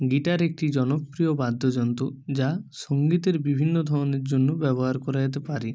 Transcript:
guitar একটি জনপ্রিয় বাদ্যযন্ত্র যা সঙ্গীতের বিভিন্ন ধরনের জন্য ব্যবহার করা যেতে পারে